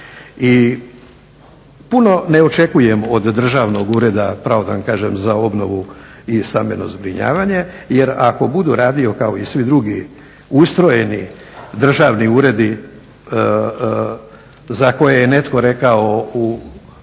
I puno ne očekujem od Državnog ureda, pravo da vam kažem, za obnovu i stambeno zbrinjavanje jer ako bude radio kao i svi drugi ustrojeni državni uredi za koje je netko rekao